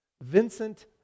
Vincent